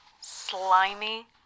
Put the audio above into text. Slimy